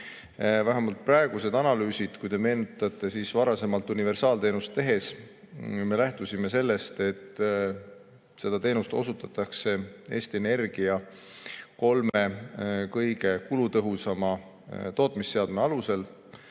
Vähemalt praegused analüüsid [seda ei näita]. Kui te meenutate, siis varasemalt universaalteenust tehes me lähtusime sellest, et seda teenust osutatakse Eesti Energia kolme kõige kulutõhusama tootmisseadme alusel.